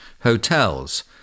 hotels